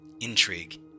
intrigue